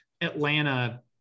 atlanta